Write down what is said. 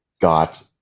got